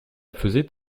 faisait